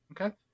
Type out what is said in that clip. Okay